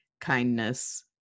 kindness